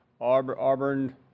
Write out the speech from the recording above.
Auburn